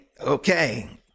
okay